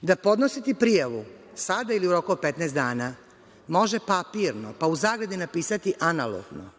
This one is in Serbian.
da podnositi prijavu, sada ili u roku od 15 dana, može papirno, pa u zagradi napisati – analogno,